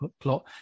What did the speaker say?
plot